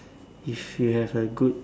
if you have a good